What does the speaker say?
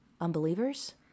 Unbelievers